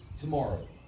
tomorrow